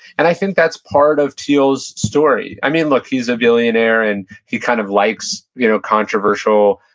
and i think that's part of thiel's story i mean, look, he's a billionaire, and he kind of likes you know controversial,